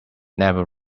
never